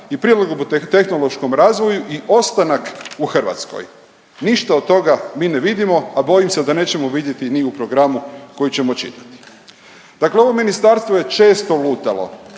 i prilagodbu tehnološkom razvoju i ostanak u Hrvatskoj. Ništa od toga mi ne vidimo, a bojim se da nećemo vidjeti ni u programu koji ćemo čitati. Dakle ovo ministarstvo je često lutalo,